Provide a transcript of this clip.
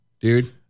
dude